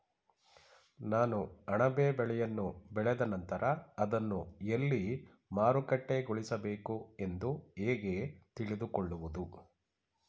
ನಾನು ಅಣಬೆ ಬೆಳೆಯನ್ನು ಬೆಳೆದ ನಂತರ ಅದನ್ನು ಎಲ್ಲಿ ಮಾರುಕಟ್ಟೆಗೊಳಿಸಬೇಕು ಎಂದು ಹೇಗೆ ತಿಳಿದುಕೊಳ್ಳುವುದು?